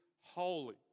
holy